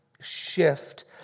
shift